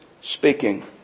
speaking